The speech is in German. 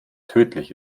tödlich